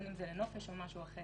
בין אם זה לנופש או משהו אחר,